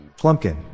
Plumpkin